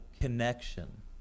connection